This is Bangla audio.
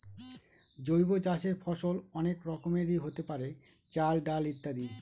জৈব চাষের ফসল অনেক রকমেরই হতে পারে, চাল, ডাল ইত্যাদি